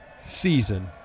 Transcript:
season